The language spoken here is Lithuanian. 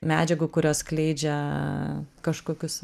medžiagų kurios skleidžia kažkokius